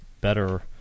better